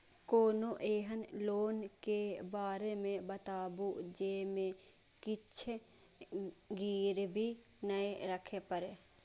कोनो एहन लोन के बारे मे बताबु जे मे किछ गीरबी नय राखे परे?